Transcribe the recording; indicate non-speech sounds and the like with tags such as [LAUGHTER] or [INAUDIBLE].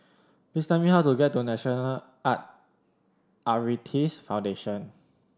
please tell me how to get to National [HESITATION] Arthritis Foundation